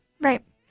Right